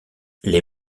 les